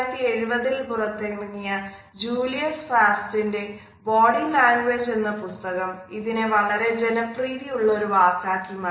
1970 ൽ പുറത്തിറങ്ങിയ ജൂലിയസ് ഫാസ്റ്റിന്റെ ബോഡി ലാംഗ്വേജ് എന്ന പുസ്തകം ഇതിനെ വളരെ ജനപ്രീതി ഉള്ള ഒരു വാക്കാക്കി മാറ്റി